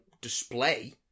display